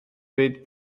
dweud